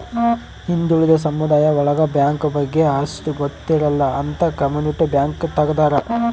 ಹಿಂದುಳಿದ ಸಮುದಾಯ ಒಳಗ ಬ್ಯಾಂಕ್ ಬಗ್ಗೆ ಅಷ್ಟ್ ಗೊತ್ತಿರಲ್ಲ ಅಂತ ಕಮ್ಯುನಿಟಿ ಬ್ಯಾಂಕ್ ತಗ್ದಾರ